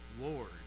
Lord